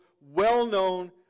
well-known